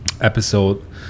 Episode